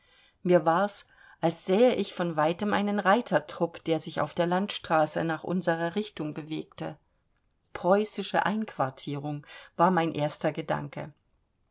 mir war's als sähe ich von weitem einen reitertrupp der sich auf der landstraße nach unserer richtung bewegte preußische einquartierung war mein erster gedanke